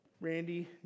Randy